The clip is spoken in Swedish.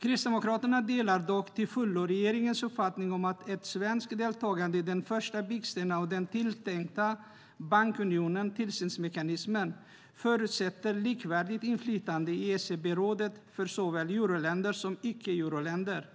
Kristdemokraterna delar dock till fullo regeringens uppfattning om att ett svenskt deltagande i den första byggstenen av den tilltänkta bankunionen, tillsynsmekanismen, förutsätter likvärdigt inflytande i ECB-rådet för såväl euroländer som icke-euroländer.